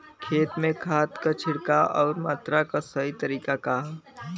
खेत में खाद क छिड़काव अउर मात्रा क सही तरीका का ह?